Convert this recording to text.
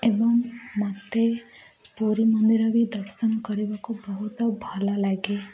ଏବଂ ମୋତେ ପୁରୀ ମନ୍ଦିର ବି ଦର୍ଶନ କରିବାକୁ ବହୁତ ଭଲଲାଗେ